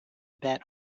bet